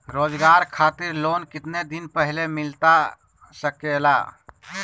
रोजगार खातिर लोन कितने दिन पहले मिलता सके ला?